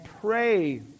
pray